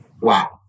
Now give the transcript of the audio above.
Wow